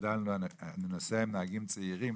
נוסע עם נהגים צעירים